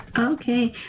Okay